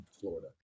Florida